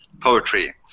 poetry